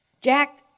Jack